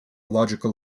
logical